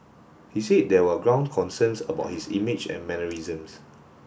he said there were ground concerns about his image and mannerisms